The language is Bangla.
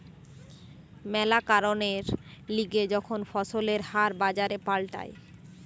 ম্যালা কারণের লিগে যখন ফসলের হার বাজারে পাল্টায়